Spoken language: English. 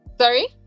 Sorry